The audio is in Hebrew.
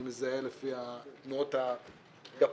אני מזהה לפי תנועות הגפיים,